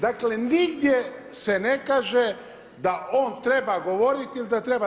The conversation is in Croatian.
Dakle, nigdje se ne kaže da on treba govoriti ili da treba.